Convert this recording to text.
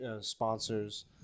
sponsors